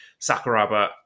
Sakuraba